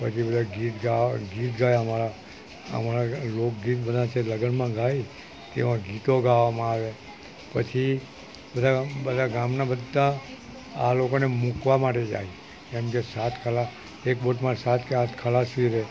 પછી બધા ગીત ગીત ગાય અમારા અમારાં લોકગીત બધા છે લગનમાં ગાય તેવાં ગીતો ગાવામાં આવે પછી બધા બધા ગામના બધા આ લોકોને મૂકવા માટે જાય કેમકે સાત ખલા એક બોટમાં સાત કે આઠ ખલાસી રહે